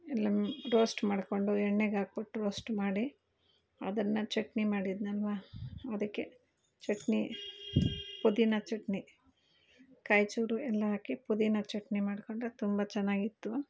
ಎಲ್ಲ ಮ್ ರೋಸ್ಟ್ ಮಾಡ್ಕೊಂಡು ಎಣ್ಣೆಗಾಕ್ಬಿಟ್ಟು ರೋಸ್ಟ್ ಮಾಡಿ ಅದನ್ನು ಚಟ್ನಿ ಮಾಡಿದ್ನಲ್ವ ಅದಕ್ಕೆ ಚಟ್ನಿ ಪುದೀನ ಚಟ್ನಿ ಕಾಯಿಚೂರು ಎಲ್ಲ ಹಾಕಿ ಪುದೀನ ಚಟ್ನಿ ಮಾಡ್ಕೊಂಡ್ರೆ ತುಂಬ ಚೆನ್ನಾಗಿತ್ತು